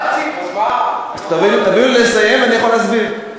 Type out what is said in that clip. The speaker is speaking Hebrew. תנו לי לסיים, אני יכול להסביר.